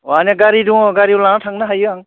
अ आंनिया गारि दङ गारि लाना थांनो हायो आं